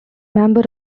member